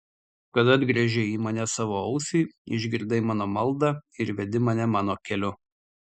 kad atgręžei į mane savo ausį išgirdai mano maldą ir vedi mane mano keliu